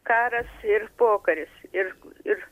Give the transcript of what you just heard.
karas ir pokaris ir ir